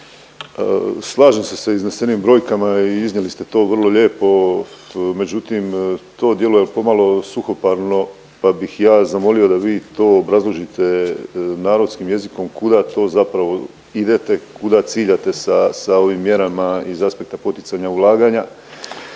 Slažem se sa iznesenim brojkama i iznijeli ste to vrlo lijepo, međutim to djeluje pomalo suhoparno pa bih ja zamolio da vi to obrazložite narodskim jezikom kuda to zapravo idete, kuda ciljate sa ovim mjerama iz aspekta poticanja ulaganja,